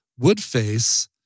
Woodface